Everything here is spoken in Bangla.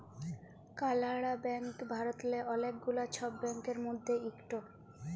কালাড়া ব্যাংক ভারতেল্লে অলেক গুলা ছব ব্যাংকের মধ্যে ইকট